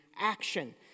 action